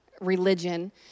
religion